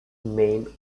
main